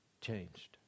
changed